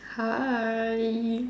hi